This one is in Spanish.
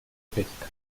pesca